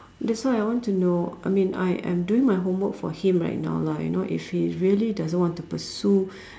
that's why I want to know I mean I am doing my homework for him right now lah you know if he really doesn't want to pursue